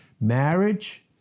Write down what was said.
Marriage